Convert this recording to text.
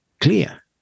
clear